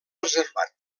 reservat